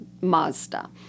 Mazda